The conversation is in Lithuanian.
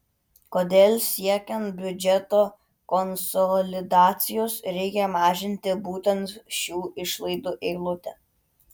kodėl siekiant biudžeto konsolidacijos reikia mažinti būtent šių išlaidų eilutę